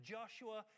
Joshua